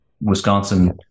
Wisconsin